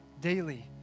daily